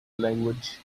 language